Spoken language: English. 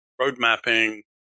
roadmapping